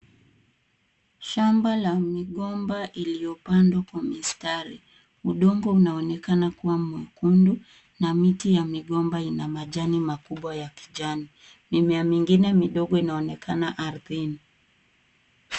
Shamba la migomba iliyopandwa kwa misari. Udongo unaonekana kuwa mwekundu na miti ya migomba ina majani makubwa ya kijani. Mimea mingine midogo inaonekana ardhini.